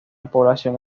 población